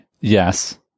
yes